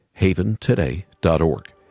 haventoday.org